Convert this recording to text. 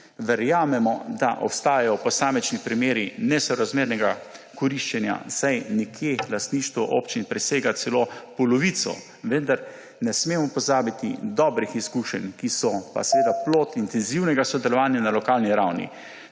Verjamemo, da obstajajo posamični primeri nesorazmernega koriščenja, saj nekje lastništvo občin presega celo polovico, vendar ne smemo pozabiti dobrih izkušenj, ki so plod intenzivnega sodelovanja na lokalni ravni,